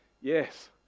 yes